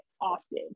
often